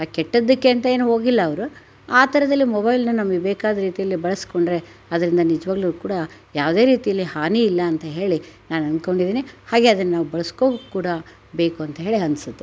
ಕೆಟ್ಟದ್ದಕ್ಕೆ ಅಂತೇನೂ ಹೋಗಿಲ್ಲ ಅವರು ಆ ಥರದಲ್ಲಿ ಮೊಬೈಲನ್ನ ನಮಗ್ ಬೇಕಾದ ರೀತೀಲ್ಲಿ ಬಳಸ್ಕೊಂಡರೆ ಅದರಿಂದ ನಿಜವಾಗ್ಲೂ ಕೂಡ ಯಾವುದೇ ರೀತಿಯಲ್ಲಿ ಹಾನಿಯಿಲ್ಲ ಅಂತ ಹೇಳಿ ನಾನು ಅಂದ್ಕೊಂಡಿದೀನಿ ಹಾಗೇ ಅದನ್ನಾವು ಬಳಸ್ಕೋ ಕೂಡ ಬೇಕು ಅಂತ ಹೇಳಿ ಅನ್ನಿಸುತ್ತೆ